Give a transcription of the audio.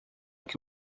que